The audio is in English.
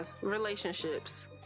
relationships